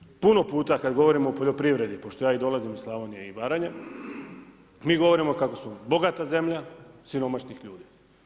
I zato puno puta kada govorimo o poljoprivredi, pošto ja i dolazim iz Slavonije i Baranje, mi govorimo kako smo bogata zemlja siromašnih ljudi.